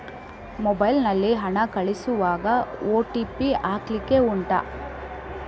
mobile ನಲ್ಲಿ ಹಣ ಕಳಿಸುವಾಗ ಓ.ಟಿ.ಪಿ ಹಾಕ್ಲಿಕ್ಕೆ ಉಂಟಾ